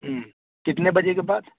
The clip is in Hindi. कितने बजे के बाद